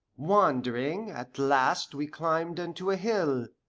wandering, at last we climed unto a hill,